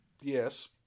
yes